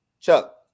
Chuck